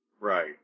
Right